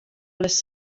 les